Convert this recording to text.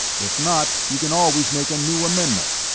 if not, you can always make a new amendment.